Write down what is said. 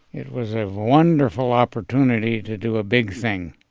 it was a wonderful opportunity to do a big thing